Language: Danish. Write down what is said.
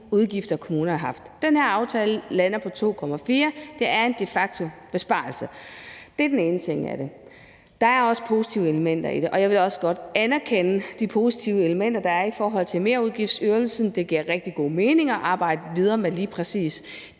udgifter, kommunerne har haft. Den her aftale lander på 2,4 mia. kr., og det er de facto en besparelse. Det er den ene ting af det. Der er også positive elementer i det, og jeg vil også godt anerkende de positive elementer, der er i forhold til merudgiftsydelsen. Det giver rigtig god mening at arbejde videre med lige præcis